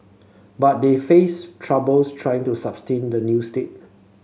but they face troubles trying to sustain the new state